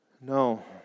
No